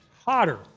hotter